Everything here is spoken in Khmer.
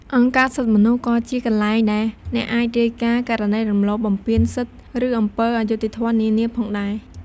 អង្គការសិទ្ធិមនុស្ស ក៏ជាកន្លែងដែលអ្នកអាចរាយការណ៍ករណីរំលោភបំពានសិទ្ធិ ឬអំពើអយុត្តិធម៌នានាផងដែរ។